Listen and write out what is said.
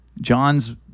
John's